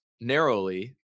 narrowly